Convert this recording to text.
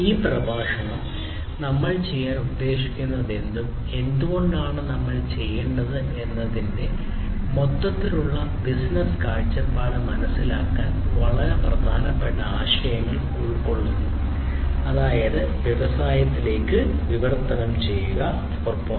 ഈ പ്രഭാഷണം നമ്മൾ ചെയ്യാൻ ഉദ്ദേശിക്കുന്നതെന്തും എന്തുകൊണ്ടാണ് നമ്മൾ ചെയ്യേണ്ടത് എന്നതിന്റെ മൊത്തത്തിലുള്ള ബിസിനസ്സ് കാഴ്ചപ്പാട് മനസ്സിലാക്കാൻ വളരെ പ്രധാനപ്പെട്ട ആശയങ്ങൾ ഉൾക്കൊള്ളുന്നു അതായത് വ്യവസായത്തിലേക്ക് പരിവർത്തനം ചെയ്യുക 4